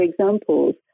examples